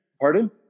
Pardon